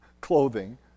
clothing